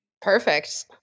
Perfect